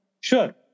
sure